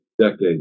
decades